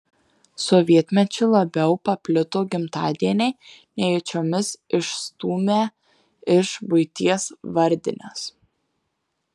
sovietmečiu labiau paplito gimtadieniai nejučiomis išstūmę iš buities vardines